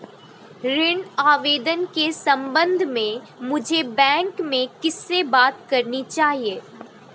ऋण आवेदन के संबंध में मुझे बैंक में किससे बात करनी चाहिए?